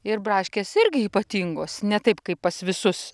ir braškės irgi ypatingos ne taip kaip pas visus